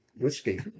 whiskey